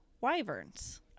Wyverns